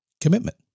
Commitment